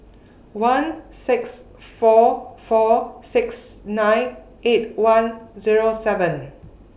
one six four four six nine eight one Zero seven